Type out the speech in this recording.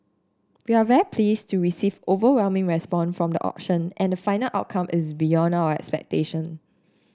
we are very pleased to receive overwhelming response from the auction and the final outcome is beyond our expectation